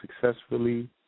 successfully